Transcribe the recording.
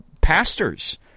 pastors